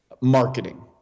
marketing